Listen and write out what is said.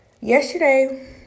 yesterday